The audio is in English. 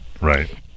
right